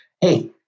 hey